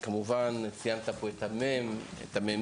כמובן, ציינת פה את מרכז המידע והמחקר,